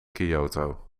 kyoto